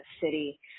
city